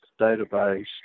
database